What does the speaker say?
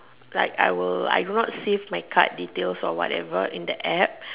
like I will I will not save my card details o whatever in the App